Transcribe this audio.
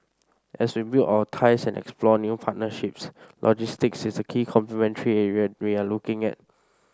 as we build our ties and explore new partnerships logistics is a key complementary area we are looking at